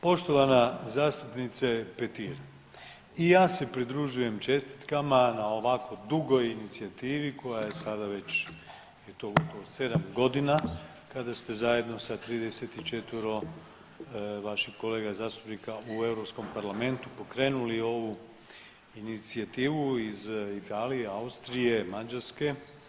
Poštovana zastupnice Petir i ja se pridružujem čestitkama na ovako dugoj inicijativi koja je sada već to ušlo u sedam godina kada ste zajedno sa 34 vaših kolega zastupnika u Europskom parlamentu pokrenuli ovu inicijativu iz Italije, Austrije, Mađarske.